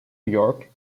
york